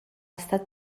estat